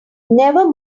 never